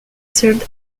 served